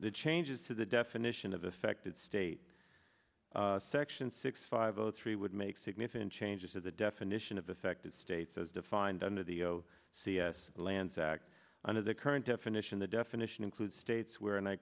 the changes to the definition of affected state section six five zero three would make significant changes to the definition of affected states as defined under the o c s lands act under the current definition the definition includes states where